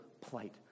plight